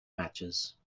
matches